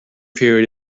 period